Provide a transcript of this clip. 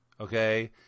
okay